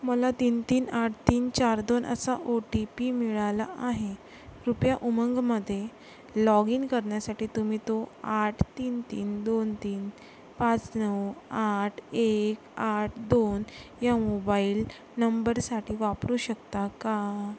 मला तीन तीन आठ तीन चार दोन असा ओ टी पी मिळाला आहे कृपया उमंगमध्ये लॉग इन करण्यासाठी तुम्ही तो आठ तीन तीन दोन तीन पाच नऊ आठ एक आठ दोन या मोबाइल नंबरसाठी वापरू शकता का